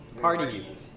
party